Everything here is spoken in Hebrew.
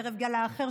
וערב גאלה אחר,